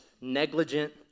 negligent